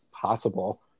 possible